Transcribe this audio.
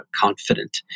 confident